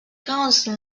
council